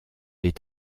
est